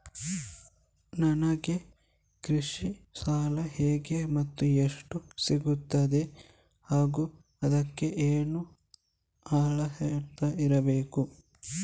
ನನಗೆ ಕೃಷಿ ಸಾಲ ಹೇಗೆ ಮತ್ತು ಎಷ್ಟು ಸಿಗುತ್ತದೆ ಹಾಗೂ ಅದಕ್ಕೆ ಏನು ಅರ್ಹತೆ ಇರಬೇಕು?